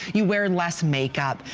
you were less makeup.